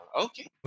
Okay